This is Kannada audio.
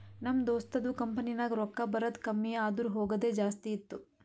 ನಮ್ ದೋಸ್ತದು ಕಂಪನಿನಾಗ್ ರೊಕ್ಕಾ ಬರದ್ ಕಮ್ಮಿ ಆದೂರ್ ಹೋಗದೆ ಜಾಸ್ತಿ ಇತ್ತು